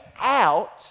out